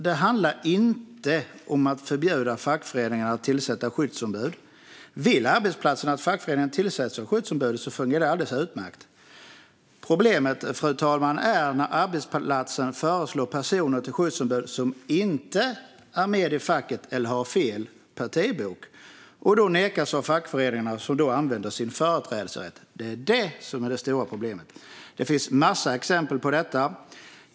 Det handlar inte om att förbjuda fackföreningarna att tillsätta skyddsombud. Vill arbetsplatserna att fackföreningarna tillsätter skyddsombudet fungerar det alldeles utmärkt. Fru talman! Problemet är när arbetsplatsen föreslår personer till skyddsombud som inte är med i facket eller har fel partibok. Då nekas de av fackföreningarna, som använder sig av sin företrädesrätt. Det är det stora problemet. Det finns en massa exempel på detta.